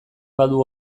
badu